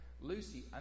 Lucy